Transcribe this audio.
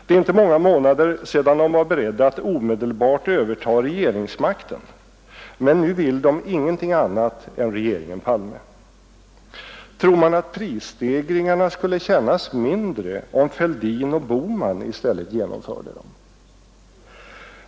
Det är inte många månader sedan de var beredda att omedelbart överta regeringsmakten, men nu vill de ingenting annat än regeringen Palme. Tror man att prisstegringarna skulle kännas mindre om herrar Fälldin och Bohman i stället genomförde dem?